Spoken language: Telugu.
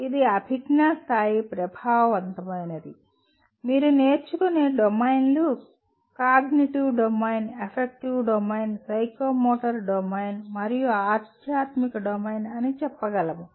ఇది అభిజ్ఞా స్థాయి ప్రభావవంతమైనది ఇది నిజంగా కాదు మీరు నేర్చుకునే డొమైన్లు cognitive domain effective domain psychomotor domain మరియు ఆధ్యాత్మిక డొమైన్ అని చెప్పగలము